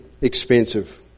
expensive